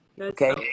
Okay